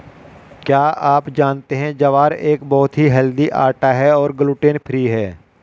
क्या आप जानते है ज्वार एक बहुत ही हेल्दी आटा है और ग्लूटन फ्री है?